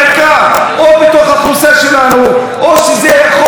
או בתוך האוכלוסייה שלנו או שזה יכול לזלוג לציבור